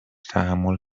تحمل